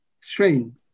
strain